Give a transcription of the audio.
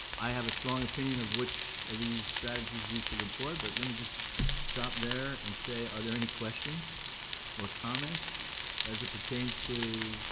i have a strong opinion of which of these strategies we should employ, but let me just stop there and say, are there any questions or comments as it pertains to